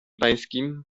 pańskim